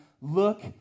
look